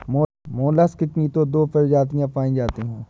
mollusc की तो दो प्रजातियां पाई जाती है